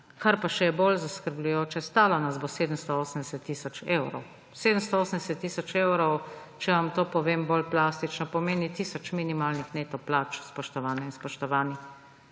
Kar pa je še bolj zaskrbljujoče, stala nas bo 780 tisoč evrov. 780 tisoč evrov, če vam to povem bolj plastično, pomeni tisoč minimalnih neto plač, spoštovane in spoštovani.